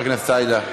סידה.